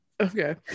Okay